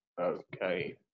okay